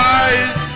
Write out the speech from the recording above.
eyes